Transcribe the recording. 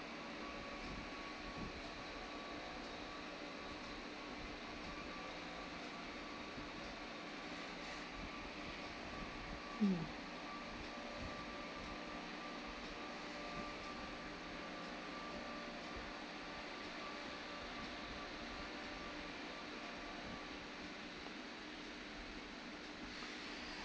mm